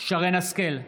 שרן מרים השכל,